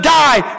die